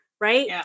Right